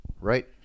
right